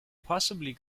possibly